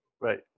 Right